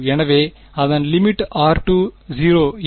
எனவே அதன் r0 என்ன